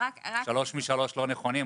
שלוש משלוש לא נכונים,